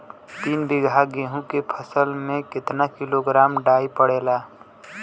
तीन बिघा गेहूँ के फसल मे कितना किलोग्राम डाई पड़ेला?